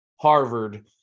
Harvard